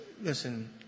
listen